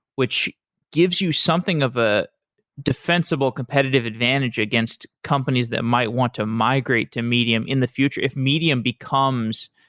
which gives you something of a defensible competitive advantage against companies that might want to migrate to medium in the future, if medium becomes